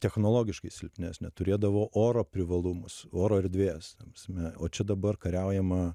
technologiškai silpnesnę turėdavo oro privalumus oro erdvės ta prasme o čia dabar kariaujama